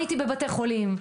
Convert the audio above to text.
הייתי בבתי חולים,